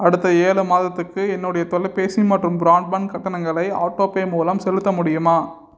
அடுத்த ஏழு மாதத்துக்கு என்னுடைய தொலைபேசி மற்றும் ப்ராண்பன்ட் கட்டணங்களை ஆட்டோபே மூலம் செலுத்த முடியுமா